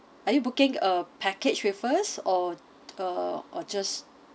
are you booking a package with us or uh or just